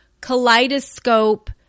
kaleidoscope